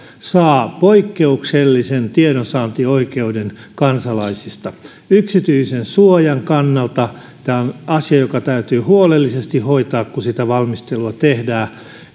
saa poikkeuksellisen tiedonsaantioikeuden kansalaisista yksityisyydensuojan kannalta tämä on asia joka täytyy huolellisesti hoitaa kun sitä valmistelua tehdään